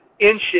inches